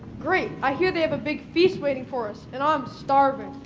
great, i hear they have a big feast waiting for us and i'm starving.